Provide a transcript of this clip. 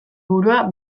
burua